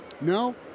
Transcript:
No